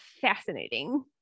fascinating